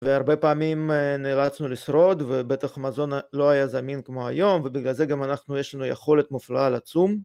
והרבה פעמים אה... נאלצנו לשרוד, ובטח המזון לא היה זמין כמו היום ובגלל זה גם אנחנו, יש לנו יכולת מופלאה לצום.